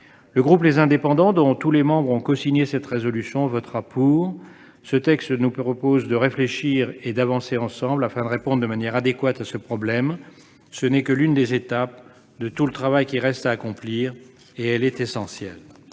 Le groupe Les Indépendants, dont tous les membres ont cosigné cette proposition de résolution, votera pour ce texte. Celui-ci nous propose de réfléchir et d'avancer ensemble, afin de répondre de manière adéquate à ce problème ; ce n'est que l'une des étapes de tout le travail qu'il reste à accomplir, mais elle est essentielle.